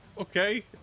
Okay